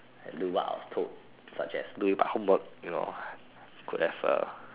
and do what I was told such as doing my homework you know could have uh